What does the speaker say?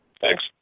Thanks